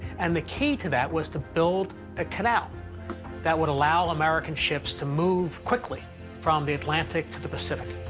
and the key to that was to build a canal that would allow american ships to move quickly from the atlantic to the pacific.